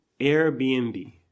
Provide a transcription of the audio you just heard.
Airbnb